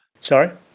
Sorry